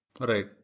right